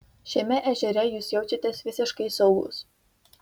šiame ežere jūs jaučiatės visiškai saugus